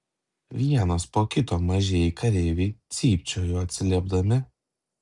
vienas po kito mažieji kareiviai cypčiojo atsiliepdami